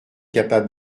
capable